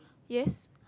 yes